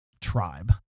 tribe